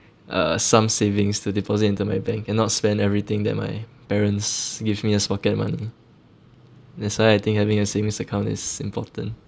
uh some savings to deposit into my bank and not spend everything that my parents gave me as pocket money that's why I think having a savings account is important